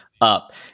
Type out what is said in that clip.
up